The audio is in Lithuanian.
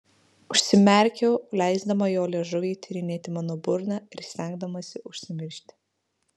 užsimerkiau leisdama jo liežuviui tyrinėti mano burną ir stengdamasi užsimiršti